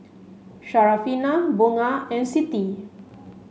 Syarafina Bunga and Siti